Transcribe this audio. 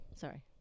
Sorry